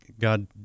God